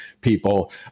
people